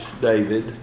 David